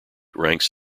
ranks